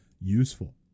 useful